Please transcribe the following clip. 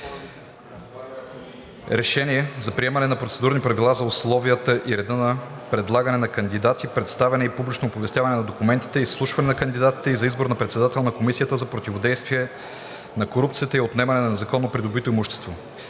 решение за приемане на Процедурни правила за условията и реда за предлагане на кандидати, представяне и публично оповестяване на документите, изслушване на кандидатите и за избор на председател на Комисията за противодействие на корупцията и за отнемане на незаконно придобитото имущество